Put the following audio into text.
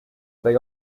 they